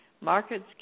Markets